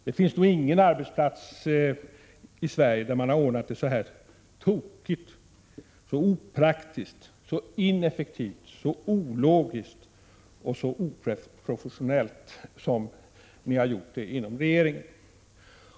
Det finns nog ingen arbetsplats i Sverige där man har ordnat det så tokigt, så opraktiskt, så ineffektivt, så ologiskt och så oprofessionellt som ni har gjort det inom regeringen.